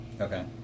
okay